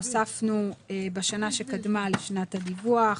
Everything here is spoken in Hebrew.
הוספנו "בשנה שקדמה לשנת הדיווח",